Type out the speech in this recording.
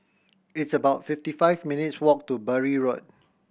it's about fifty five minutes' walk to Bury Road